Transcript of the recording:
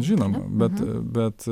žinoma bet bet